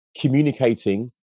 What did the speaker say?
communicating